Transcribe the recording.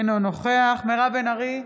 אינו נוכח מירב בן ארי,